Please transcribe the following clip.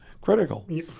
critical